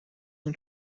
اون